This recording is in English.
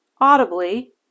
audibly